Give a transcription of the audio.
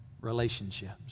relationships